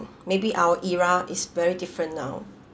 maybe our era is very different now